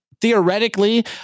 theoretically